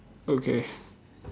okay